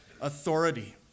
authority